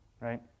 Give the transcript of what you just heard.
right